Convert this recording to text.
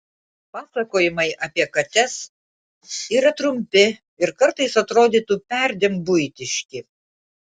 pasakojimai apie kates yra trumpi ir kartais atrodytų perdėm buitiški